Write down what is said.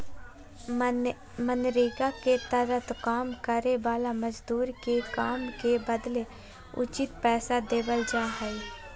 मनरेगा के तहत काम करे वाला मजदूर के काम के बदले उचित पैसा देवल जा हय